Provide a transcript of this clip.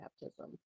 baptism